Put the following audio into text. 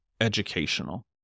educational